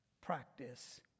practice